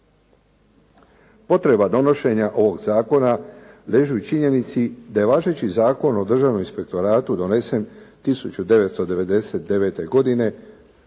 Potreba donošenja ovog zakona vežu i činjenici da je važeći Zakon o državnom inspektoratu donesen 1999. godine,